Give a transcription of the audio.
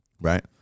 Right